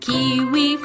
Kiwi